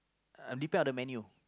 uh depend on the menu